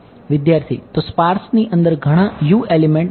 વિદ્યાર્થી તો સ્પાર્સ ની અંદર ઘણા Us એલિમેંટ હશે